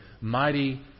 Mighty